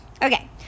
Okay